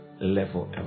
level